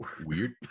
weird